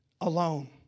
alone